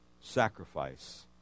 sacrifice